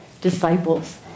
disciples